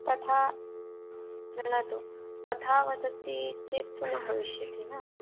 तथा जानातु तथा वदति चेत् तु न भविष्यति न